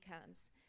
comes